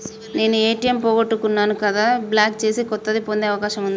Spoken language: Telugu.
నేను ఏ.టి.ఎం పోగొట్టుకున్నాను దాన్ని బ్లాక్ చేసి కొత్తది పొందే అవకాశం ఉందా?